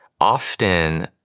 often